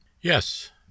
yes